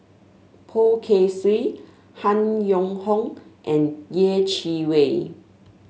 Poh Kay Swee Han Yong Hong and Yeh Chi Wei